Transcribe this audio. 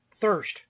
thirst